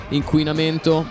inquinamento